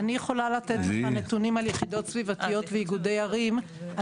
אני יכולה לתת לך נתונים של יחידות סביבתיות ואיגודי ערים,